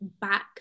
back